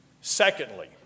Secondly